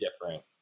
different